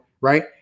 right